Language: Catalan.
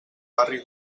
barri